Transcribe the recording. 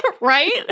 Right